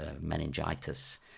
meningitis